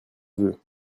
veux